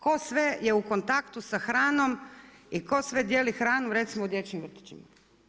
Tko sve je u kontaktu sa hranom i tko sve dijeli hranu recimo u dječjim vrtićima.